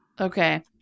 Okay